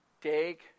Take